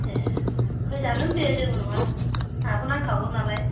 ए फैजागोन दे जेबो नङा आंहाबो नांखागौ नालाय